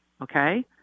Okay